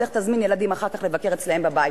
לך תזמין ילדים אחר כך לבקר אצלם בבית.